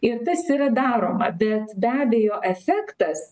ir tas yra daroma bet be abejo efektas